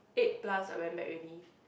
eight plus I went back already